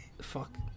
Fuck